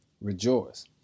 rejoice